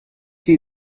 see